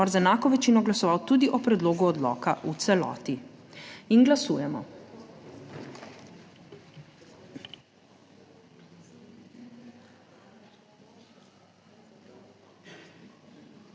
z enako večino glasoval tudi o predlogu odloka v celoti. In glasujemo